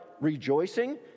rejoicing